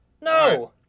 No